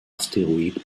asteroid